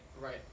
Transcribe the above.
right